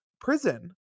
prison